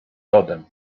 lodem